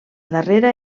darrera